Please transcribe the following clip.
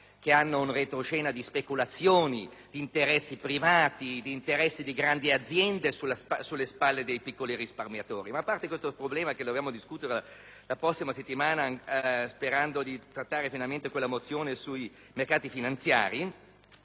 con un retroscena di speculazioni, di interessi privati, di interessi di grandi aziende che ricadono sulle spalle dei piccoli risparmiatori. Ma a parte questo problema, che dovremo discutere la prossima settimana sperando di trattare finalmente la mozione relativa ai mercati finanziari,